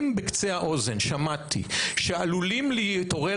אם בקצה האוזן שמעתי שעלולים להתעורר